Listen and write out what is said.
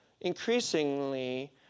increasingly